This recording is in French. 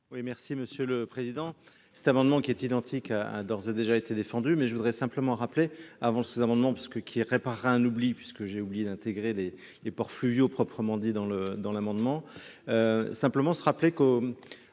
merci Monsieur le Président. Cet amendement qui est identique a d'ores et déjà été défendu mais je voudrais simplement rappeler avant le sous-amendement puisque qui répare un oubli puisque j'ai oublié d'intégrer les les ports fluviaux proprement dit dans le dans l'amendement. Simplement se rappeler qu'au,